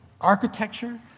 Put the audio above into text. architecture